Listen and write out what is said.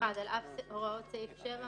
על אף הוראות סעיף 7,